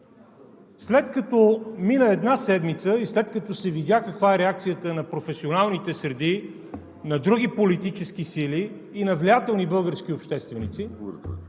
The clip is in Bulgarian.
След като мина една седмица, след като се видя каква е реакцията на професионалните среди, на други политически сили и на влиятелни български общественици,